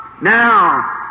Now